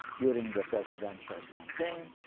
during the presidential campaign,